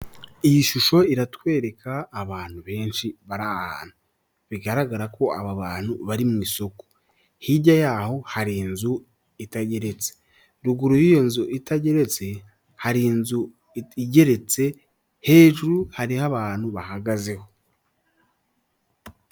Iyi shusho iratwereka abantu benshi bari ahantu, bigaragara ko aba bantu bari mu isoko, hirya y'aho hari inzu itageretse, ruguru y'iyo nzu itageretse hari inzu igeretse, hejuru hariho abantu bahagazeho.